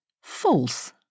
false